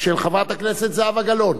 של חברת הכנסת זהבה גלאון,